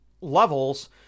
levels